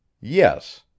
Yes